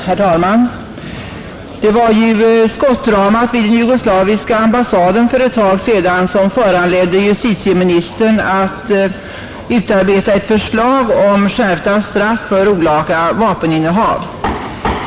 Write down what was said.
Herr talman! Det var ju skottdramat vid jugoslaviska ambassaden för ett tag sedan som föranledde justitieministern att utarbeta ett förslag om skärpta straff för olaga vapeninnehav.